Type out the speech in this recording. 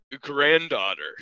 granddaughter